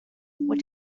what